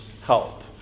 help